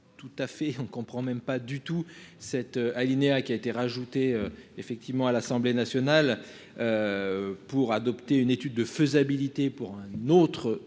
tout à fait, on ne comprend même pas du tout cet alinéa qui a été rajouté effectivement à l'Assemblée nationale. Pour adopter une étude de faisabilité pour un autre